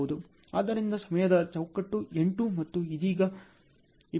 ಆದ್ದರಿಂದ ಸಮಯದ ಚೌಕಟ್ಟು 8 ಮತ್ತು ಇದು ಈಗ 21 ಆಗಿದೆ